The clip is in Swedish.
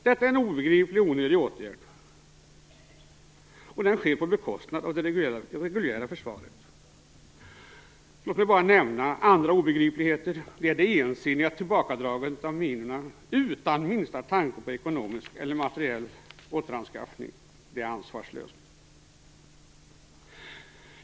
Detta är en obegriplig och onödig åtgärd, och den sker på bekostnad av det reguljära försvaret. Låt mig bara nämna en annan obegriplighet, och det är det ensidiga tillbakadragandet av minor, utan minsta tanke på ekonomisk eller materiell återanskaffning. Det är ansvarslöst.